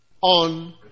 on